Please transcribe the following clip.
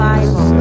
Bible